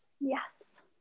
Yes